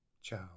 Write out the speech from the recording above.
Ciao